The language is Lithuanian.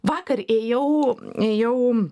vakar ėjau ėjau